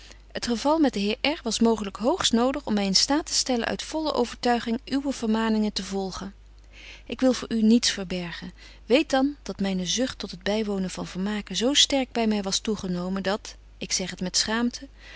het geval met den heer r was mooglyk hoogst nodig om my in staat te stellen uit volle overtuiging uwe vermaningen te volgen ik wil voor u niets verbergen weet dan dat myne zucht tot het bywonen van vermaken zo sterk by my was toegenomen dat ik zeg het met schaamte